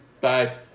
Bye